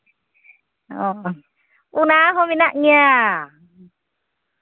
ᱚᱻ ᱚᱱᱟᱦᱚᱸ ᱢᱮᱱᱟᱜ ᱜᱮᱭᱟ